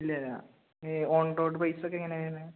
ഇല്ലില്ലാ on road പൈസയൊക്കെ എങ്ങനെയാണ് വരുന്നത്